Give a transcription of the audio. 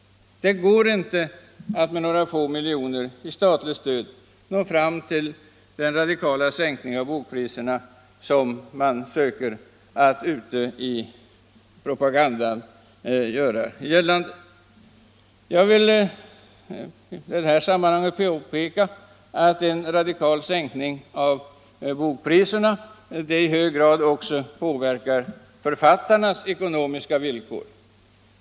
Det går inte att med några få miljoner i statligt stöd nå fram till den radikala sänkning av bokpriserna som man i propagandan söker göra gällande. Jag vill i det här sammanhanget påpeka att en radikal sänkning av bokpriserna i hög grad också påverkar författarnas ekonomiska villkor.